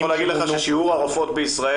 אני יכול להגיד לך ששיעור הרופאות בישראל